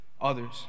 others